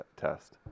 test